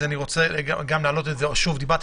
אז אני רוצה להעלות את זה שוב דיברתי